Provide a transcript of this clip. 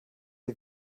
ihr